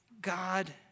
God